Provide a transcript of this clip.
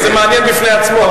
זה מעניין בפני עצמו,